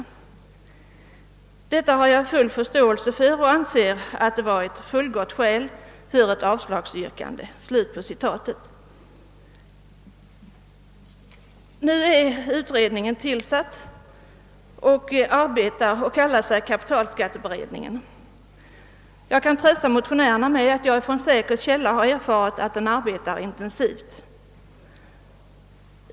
Fru Johansson hade full förståelse för detta och ansåg att det var fullgott skäl för ett avslagsyrkande. Nu är utredningen tillsatt och har påbörjat sitt arbete. Den kallas kapitalskatteberedningen. Jag kan trösta motionärerna med att jag från säker källa erfarit att utredningen arbetar intensivt.